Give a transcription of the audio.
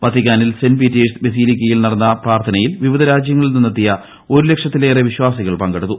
വത്തിക്കാനിൽ saint Peter's ബസലിക്കയിൽ നടന്ന പ്രാർത്ഥന യിൽ വിവിധ രാജ്യങ്ങളിൽ നിന്നെത്തിയ ഒരു ലക്ഷത്തിലേറെ വിശ്വാസി കൾ പങ്കെടുത്തു